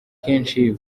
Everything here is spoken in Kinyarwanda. kenshi